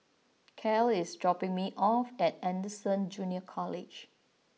Cale is dropping me off at Anderson Junior College